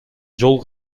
жол